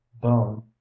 bone